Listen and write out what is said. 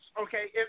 okay